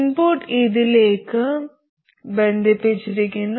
input ഇതിലേക്ക് ബന്ധിപ്പിച്ചിരിക്കുന്നു